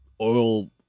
oil